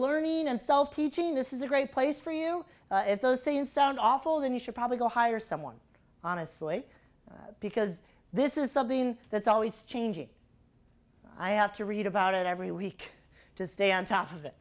learning and solve teaching this is a great place for you if those say in sound awful then you should probably go hire someone honestly because this is something that's always changing i have to read about it every week to stay on top of it